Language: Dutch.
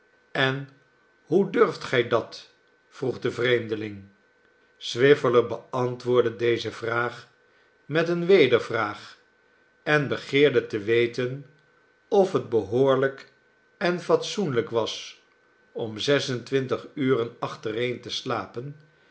en hoe durft gij dat vroeg de vreemdeling swiveller beantwoordde deze vraag met eene wedervraag en begeerde te weten of het behoorlijk en fatsoenlijk was om zes en twintig uren achtereen te slapen